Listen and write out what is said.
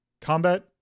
combat